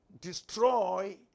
destroy